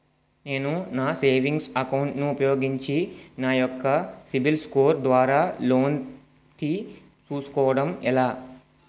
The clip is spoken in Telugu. నేను నా సేవింగ్స్ అకౌంట్ ను ఉపయోగించి నా యెక్క సిబిల్ స్కోర్ ద్వారా లోన్తీ సుకోవడం ఎలా?